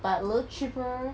buy a little cheaper